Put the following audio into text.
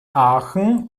aachen